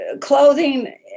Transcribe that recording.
clothing